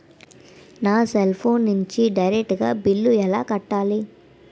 నా cell phone నుంచి direct గా బిల్లు ఎలా కట్టాలి?